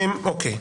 אוקיי.